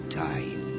time